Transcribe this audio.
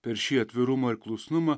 per šį atvirumo ir klusnumą